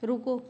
रुको